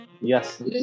yes